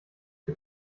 für